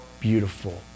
beautiful